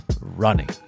running